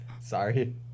Sorry